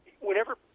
Whenever